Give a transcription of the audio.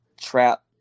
trap